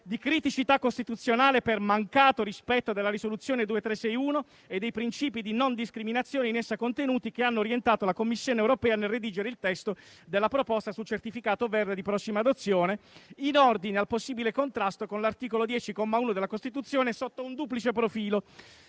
di criticità costituzionale per mancato rispetto della *Risoluzione 2361/21* (e dei principi di non discriminazione in essa contenuti che hanno orientato la Commissione Europea nel redigere il testo della proposta sul Certificato Verde di prossima adozione) in ordine al possibile contrasto con *l'Articolo 10 Comma 1 della Costituzione,* sotto un duplice profilo: